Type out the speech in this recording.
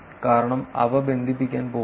കാരണം അവ ബന്ധിപ്പിക്കാൻ പോകുന്നില്ല